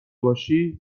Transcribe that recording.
باشی